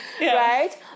right